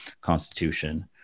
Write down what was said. Constitution